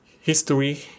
History